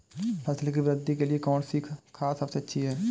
फसल की वृद्धि के लिए कौनसी खाद सबसे अच्छी है?